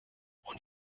und